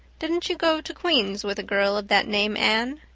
didn't you go to queen's with a girl of that name, anne?